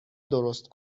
درست